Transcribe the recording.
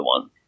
one